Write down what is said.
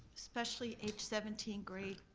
especially age seventeen, grade